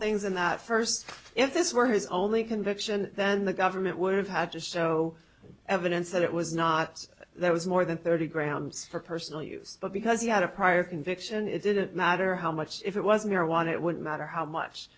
things in that first if this were his only conviction then the government would have had just so evidence that it was not there was more than thirty grams for personal use but because he had a prior conviction it didn't matter how much if it was marijuana it would matter how much